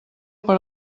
per